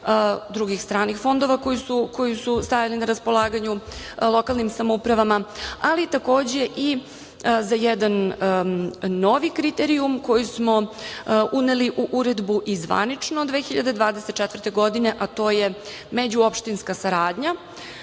drugih stranih fondova koji su stavljeni na raspolaganje lokalnim samoupravama, ali takođe i za jedan novi kriterijum koji smo uneli u uredbu i zvanično 2024. godine, a to je međuopštinska saradnja